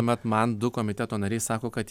tuomet man du komiteto nariai sako kad